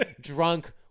drunk